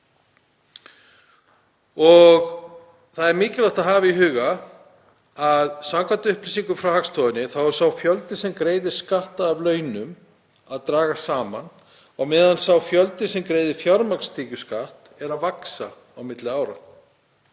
Það er mikilvægt að hafa í huga að samkvæmt upplýsingum frá Hagstofunni er sá fjöldi sem greiðir skatta af launum að dragast saman á meðan fjöldinn sem greiðir fjármagnstekjuskatt er að vaxa á milli ára.